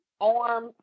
Arm